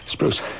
Spruce